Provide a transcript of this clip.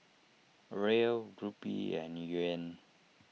Riel Rupee and Yuan